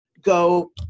go